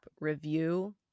review